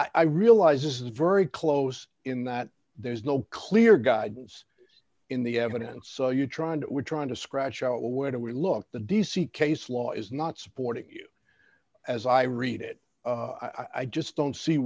i realize this is very close in that there's no clear guidance in the evidence so you're trying to we're trying to scratch out well where do we look the d c case law is not supporting you as i read it i just don't see